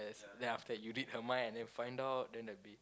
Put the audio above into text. then after that you read her mind and then find out then the be